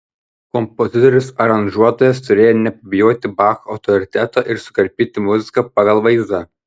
kompozitorius aranžuotojas turėjo nepabijoti bacho autoriteto ir sukarpyti muziką pagal vaizdą